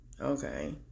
Okay